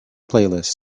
playlist